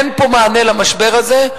אין פה מענה למשבר הזה,